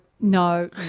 No